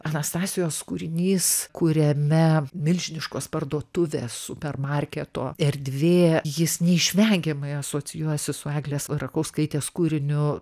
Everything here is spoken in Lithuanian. anastasijos kūrinys kuriame milžiniškos parduotuvės supermarketo erdvė jis neišvengiamai asocijuojasi su eglės rakauskaitės kūriniu